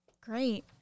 great